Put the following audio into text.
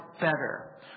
better